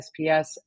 SPS